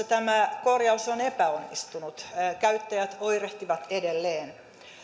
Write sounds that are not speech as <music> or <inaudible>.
<unintelligible> tämä korjaus on epäonnistunut käyttäjät oirehtivat edelleen